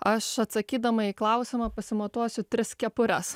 aš atsakydama į klausimą pasimatuosiu tris kepures